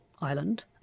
island